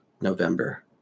November